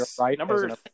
number